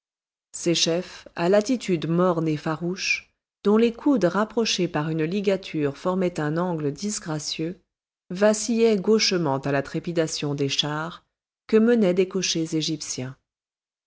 ces chefs à l'attitude morne et farouche dont les coudes rapprochés par une ligature formaient un angle disgracieux vacillaient gauchement à la trépidation des chars que menaient des cochers égyptiens